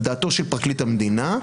על דעתו של פרקליט המדינה,